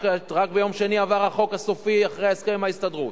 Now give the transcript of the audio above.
רק ביום שני עבר החוק הסופי לאחר ההסכם עם ההסתדרות,